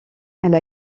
elle